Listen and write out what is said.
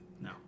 No